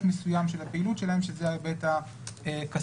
מסוים של הפעילות שלהם שזה ההיבט הכספי.